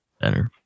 Better